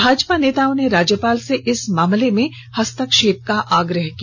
भाजपा नेताओं ने राज्यपाल से इस मामले में हस्तक्षेप का आग्रह किया